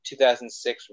2006